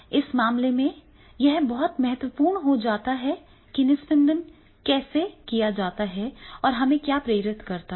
इस मामले में यह बहुत महत्वपूर्ण हो जाता है कि निस्पंदन कैसे किया जाता है और हमें क्या प्रेरित करता है